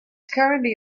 currently